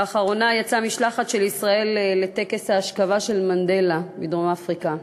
לאחרונה יצאה משלחת של ישראל לטקס האשכבה של מנדלה בדרום-אפריקה.